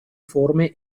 forme